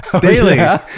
daily